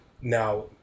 now